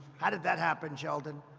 how did that happen, sheldon?